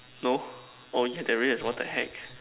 no oh yeah there i what the heck